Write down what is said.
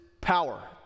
power